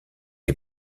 est